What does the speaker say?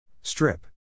Strip